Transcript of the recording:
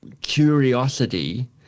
curiosity